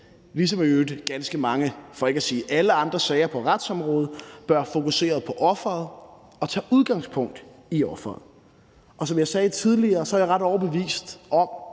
ikke at sige alle andre sager på retsområdet, bør fokusere på offeret og tage udgangspunkt i offeret. Som jeg sagde tidligere, er jeg ret overbevist om,